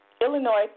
Illinois